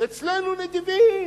אצלנו נדיבים.